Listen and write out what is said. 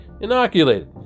inoculated